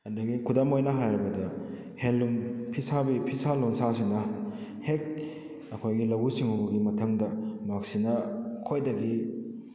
ꯑꯗꯨꯗꯒꯤ ꯈꯨꯗꯝ ꯑꯣꯏꯅ ꯍꯥꯏꯔꯕꯗ ꯍꯦꯟꯂꯨꯝ ꯐꯤꯁꯥꯕꯒꯤ ꯐꯤꯁꯥ ꯂꯣꯟꯁꯥꯁꯤꯅ ꯍꯦꯛ ꯑꯩꯈꯣꯏꯒꯤ ꯂꯧꯎ ꯁꯤꯡꯎꯕꯒꯤ ꯃꯊꯪꯗ ꯃꯁꯤꯅ ꯈ꯭ꯋꯥꯏꯗꯒꯤ